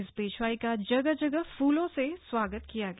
इस पेशवाई का जगह जगह फ़ुलों से स्वागत किया गया